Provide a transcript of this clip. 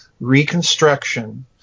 reconstruction